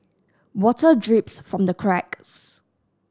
water drips from the cracks